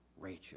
Rachel